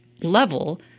level